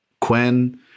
Quinn